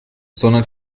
sondern